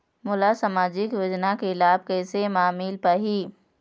मोला सामाजिक योजना के लाभ कैसे म मिल पाही?